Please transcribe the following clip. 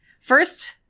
first